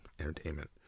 entertainment